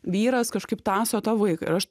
vyras kažkaip tąso tą vaiką ir aš